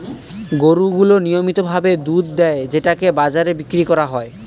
গরু গুলো নিয়মিত ভাবে দুধ দেয় যেটাকে বাজারে বিক্রি করা হয়